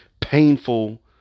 painful